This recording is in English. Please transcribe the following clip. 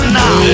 now